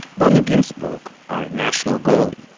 boni ginzburg, our national goalie,